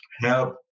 help